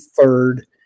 third